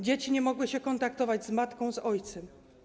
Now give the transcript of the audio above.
Dzieci nie mogły się kontaktować z matką, z ojcem.